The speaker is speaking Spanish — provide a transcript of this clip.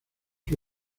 que